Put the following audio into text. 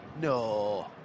No